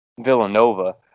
villanova